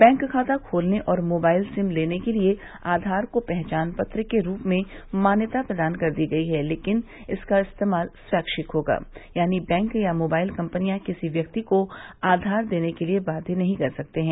bank खाता खोलने और मोबाइल सिम लेने के लिए आधार को पहचान पत्र के रूप में मान्यता प्रदान कर दी गयी है लेकिन इसका इस्तेमाल स्वैच्छिक होगा यानी बैंक या मोबाइल कंपनियां किसी व्यक्ति को आधार देने के लिए बाध्य नहीं कर सकते हैं